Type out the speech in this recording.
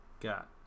Got